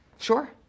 Sure